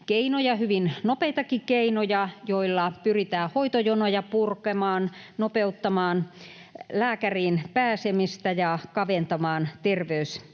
hyvin nopeitakin keinoja, joilla pyritään hoitojonoja purkamaan, nopeuttamaan lääkäriin pääsemistä ja kaventamaan terveyseroja.